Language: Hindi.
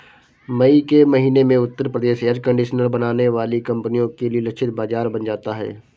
मई के महीने में उत्तर प्रदेश एयर कंडीशनर बनाने वाली कंपनियों के लिए लक्षित बाजार बन जाता है